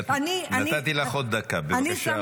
נתתי לך עוד דקה, בבקשה.